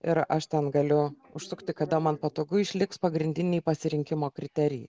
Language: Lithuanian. ir aš ten galiu užsukti kada man patogu išliks pagrindiniai pasirinkimo kriterijai